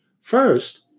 first